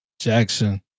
Jackson